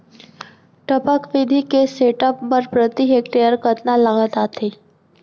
टपक विधि के सेटअप बर प्रति हेक्टेयर कतना लागत आथे?